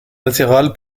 latérale